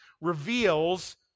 reveals